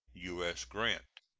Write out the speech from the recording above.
u s. grant.